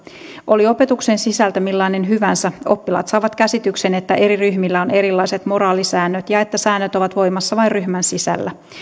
oli opetuksen sisältö millainen hyvänsä oppilaat saavat käsityksen että eri ryhmillä on erilaiset moraalisäännöt ja että säännöt ovat voimassa vain ryhmän sisällä